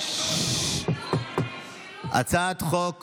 הצעת חוק